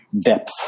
depth